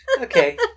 okay